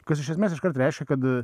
kas iš esmės iškart reiškia kad